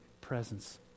presence